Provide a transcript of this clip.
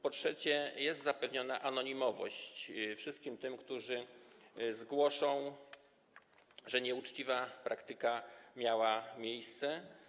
Po trzecie, jest zapewniona anonimowość wszystkim tym, którzy zgłoszą, że nieuczciwa praktyka miała miejsce.